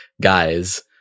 guys